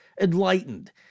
enlightened